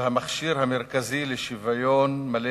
והמכשיר המרכזי לשוויון מלא